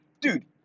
dude